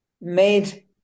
made